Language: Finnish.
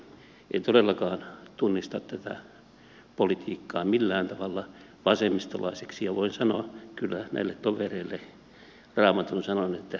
en todellakaan tunnista tätä politiikkaa millään tavalla vasemmistolaiseksi ja voin sanoa kyllä näille tovereille raamatun sanoin että en tunne teitä